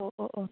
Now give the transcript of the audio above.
ഓ ഓ ഓ